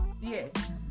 Yes